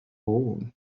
born